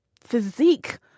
physique